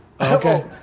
Okay